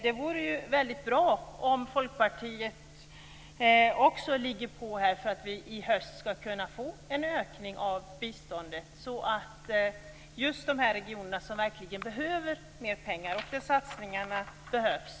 Det vore väldigt bra om Folkpartiet också kunda ligga på här så att vi i höst kan få en ökning av biståndet just med tanke på de regioner som verkligen behöver mera pengar och där satsningar behövs.